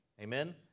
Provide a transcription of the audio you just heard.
Amen